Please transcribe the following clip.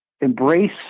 embrace